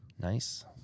Nice